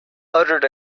uttered